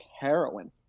heroin